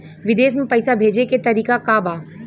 विदेश में पैसा भेजे के तरीका का बा?